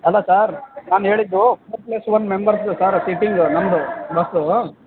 ಅಲ್ಲ ಸರ್ ನಾನು ಹೇಳಿದ್ದು four plus one members sir sitting ನಮ್ಮದು ಬಸ್ಸು